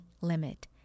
limit